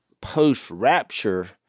post-rapture